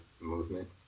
movement